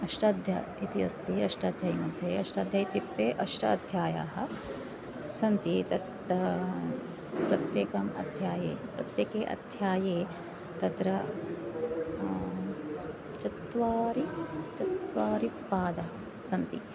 अष्टाध्यायी इति अस्ति अष्टाध्यायी मध्ये अष्टाध्ययी इत्युक्ते अष्टाध्यायाः सन्ति एतत् प्रत्येकम् अध्याये प्रत्येके अध्याये तत्र चत्वारि चत्वारि पादः सन्ति